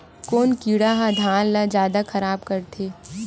कोन कीड़ा ह धान ल जादा खराब करथे?